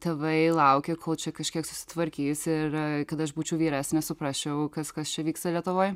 tėvai laukė kol čia kažkiek susitvarkys ir kad aš būčiau vyresnė suprasčiau kas kas čia vyksta lietuvoj